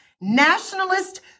nationalist